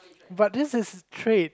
but this is trade